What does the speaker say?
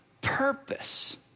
purpose